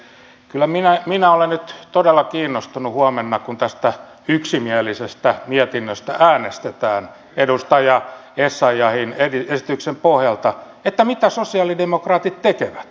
kyllä minä olen nyt todella kiinnostunut huomenna kun tästä yksimielisestä mietinnöstä äänestetään edustaja essayahin esityksen pohjalta mitä sosialidemokraatit tekevät